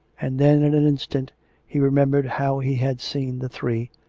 and then, in an instant he remembered how he had seen the three,